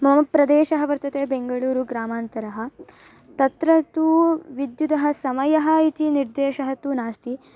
मम प्रदेशः वर्तते बेङ्गळूरुग्रामान्तरः तत्र तु विद्युतः समयः इति निर्देशः तु नास्ति